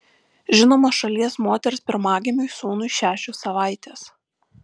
žinomos šalies moters pirmagimiui sūnui šešios savaitės